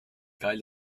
geil